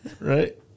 Right